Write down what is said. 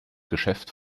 geschäft